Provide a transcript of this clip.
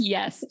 Yes